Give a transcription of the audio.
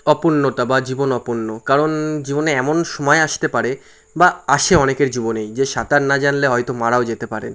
অপূর্ণতা বা জীবন অপূর্ণ কারণ জীবনে এমন সময় আসতে পারে বা আসে অনেকের জীবনেই যে সাঁতার না জানলে হয়তো মারাও যেতে পারেন